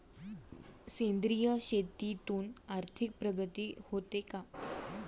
सेंद्रिय शेतीतून आर्थिक प्रगती होते का?